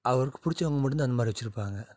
அவருக்கு பிடிச்சவங்க மட்டும் தான் அந்தமாதிரி வச்சுருப்பாங்க